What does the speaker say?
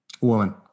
Woman